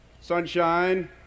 Sunshine